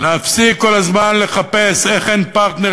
להפסיק כל הזמן לחפש איך אין פרטנר,